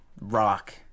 rock